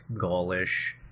gaulish